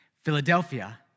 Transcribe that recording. Philadelphia